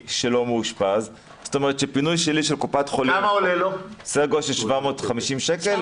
למי שלא מאושפז, סדר גודל של 750 שקל.